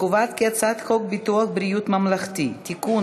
הצעת חוק ביטוח בריאות ממלכתי (תיקון,